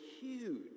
huge